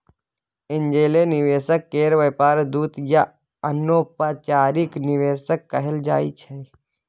angel निवेशक केर व्यापार दूत या अनौपचारिक निवेशक कहल जाइ छै